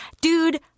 Dude